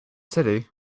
city